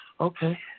okay